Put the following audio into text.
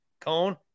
cone